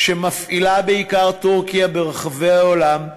שמפעילה בעיקר טורקיה ברחבי העולם,